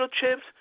chips